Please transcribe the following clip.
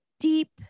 deep